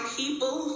people